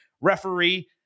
referee